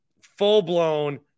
full-blown